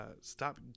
stop